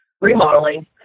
remodeling